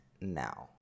now